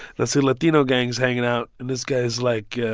ah see latino gangs hanging out, and this guy has, like,